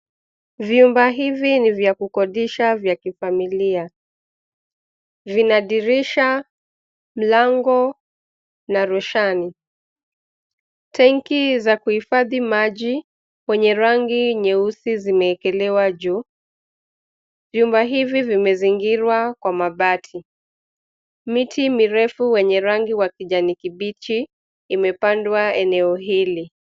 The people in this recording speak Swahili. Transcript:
Vyumba hivi ni vya kukodisha vya kifamilia. Vina dirisha, mlango na rushani. Tenki za kuhifadhi maji wenye rangi nyeusi zimeekelewa juu. Vyumba hivi vimezingirwa kwa mabati. Miti mirefu wenye rangi wa kijani kibichi imepandwa eneo hili.